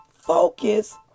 focus